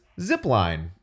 Zipline